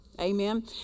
Amen